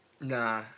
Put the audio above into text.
Nah